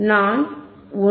நான் 1